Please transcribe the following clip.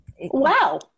Wow